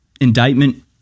indictment